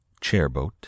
Chairboat